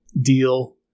deal